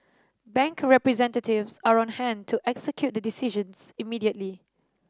bank representatives are on hand to execute the decisions immediately